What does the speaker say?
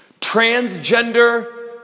Transgender